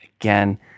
Again